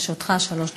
לרשותך שלוש דקות.